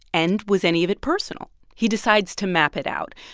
and was any of it personal? he decides to map it out.